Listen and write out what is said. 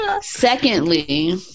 secondly